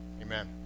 amen